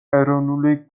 ეროვნული